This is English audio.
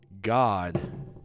God